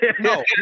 no